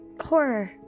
horror